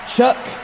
Chuck